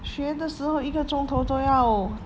学的时候一个钟头都要